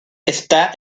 está